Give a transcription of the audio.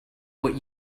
what